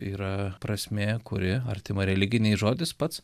yra prasmė kuri artima religinei žodis pats